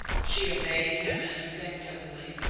she obeyed him instinctively.